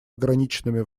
ограниченными